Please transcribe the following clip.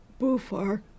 Bufar